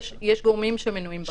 יש גורמים שמנויים בחוק,